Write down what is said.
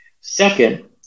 Second